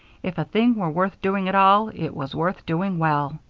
if a thing were worth doing at all, it was worth doing well.